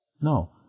No